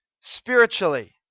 Spiritually